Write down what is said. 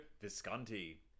Visconti